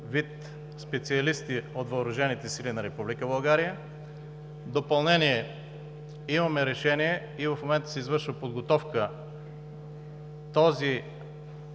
вид специалисти от Въоръжените сили на Република България. В допълнение, имаме решение и в момента се извършва подготовка, този